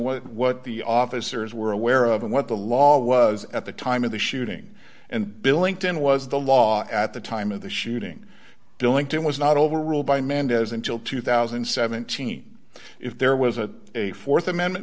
what what the officers were aware of and what the law was at the time of the shooting and billington was the law at the time of the shooting billington was not overruled by mendez until two thousand and seventeen if there was a a th amendment